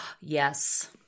Yes